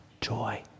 Joy